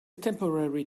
temporary